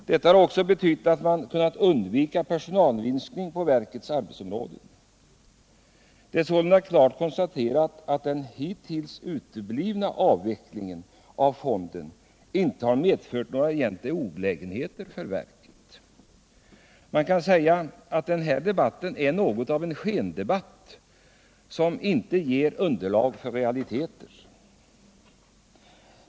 Detta har betytt att man har kunnat undvika personalminskning på verkets arbetsområden. Det är sålunda klart konstaterat att den hittills uteblivna avvecklingen av fonden inte har medfört några egentliga olägenheter för verket. Man kan säga att denna debatt är något av en skendebatt, som inte har underlag i realiteter.